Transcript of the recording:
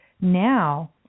Now